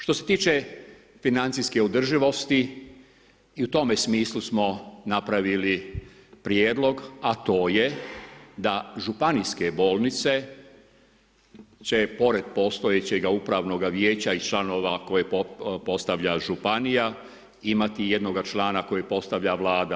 Što se tiče financijske održivosti i u tome smislu smo napravili prijedlog, a to je da županijske bolnice će pored postojećeg upravnoga vijeća i članove koje postavlja županija imati jednoga člana koji postavlja vlada.